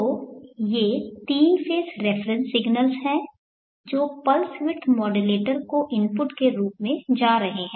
तो ये 3 phase reference signals हैं जो पल्स विड्थ मॉडुलेटर को इनपुट के रूप में जा रहे हैं